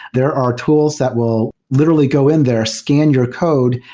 there are tools that will literally go in there, scan your code,